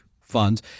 funds